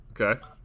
Okay